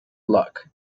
luck